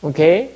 Okay